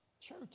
Church